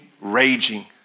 raging